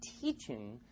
teaching